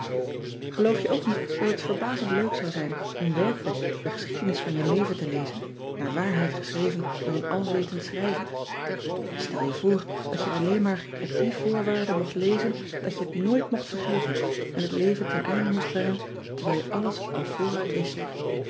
eloof je ook niet dat het verbazend leuk zou zijn om werkelijk de geschiedenis van je leven te lezen naar waarheid geschreven door een alwetend schrijver n stel je voor dat je alleen maar op die voorwaarde mocht lezen dat je het nooit mocht vergeten en het leven ten einde moest brengen terwijl je alles al vooruit wist